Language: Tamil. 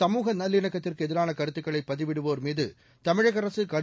சமூக நல்லிணக்கத்திற்கு எதிரான கருத்துக்களை பதிவிடுவோர்மீது தமிழக அரசு கடும்